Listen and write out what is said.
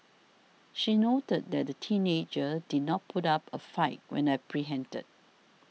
she noted that the teenager did not put up a fight when apprehended